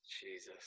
Jesus